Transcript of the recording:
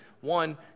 one